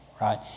right